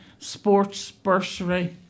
sportsbursary